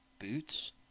Boots